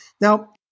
Now